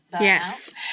Yes